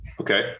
okay